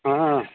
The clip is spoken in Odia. ହଁ